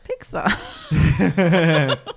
Pixar